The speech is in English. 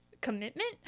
commitment